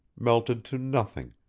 melted to nothing,